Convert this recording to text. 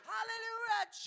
Hallelujah